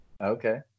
Okay